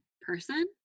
person